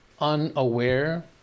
unaware